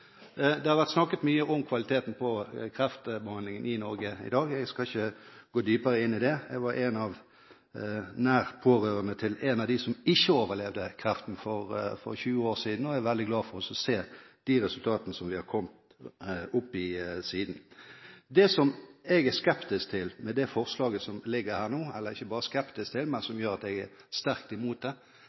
Det har vært snakket mye om kvaliteten på kreftbehandlingen i Norge i dag. Jeg skal ikke gå dypere inn i det. Jeg var nær pårørende til en av dem som ikke overlevde kreften for 20 år siden, og jeg er veldig glad for å se de resultatene som er kommet opp siden. Det som jeg er skeptisk til med det forslaget som ligger her nå – ikke bare skeptisk til, men som gjør at jeg er sterkt imot det